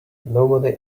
nobody